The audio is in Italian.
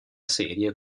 serie